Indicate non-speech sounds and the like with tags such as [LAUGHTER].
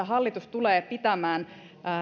[UNINTELLIGIBLE] hallitus tulee pitämään